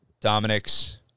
Dominic's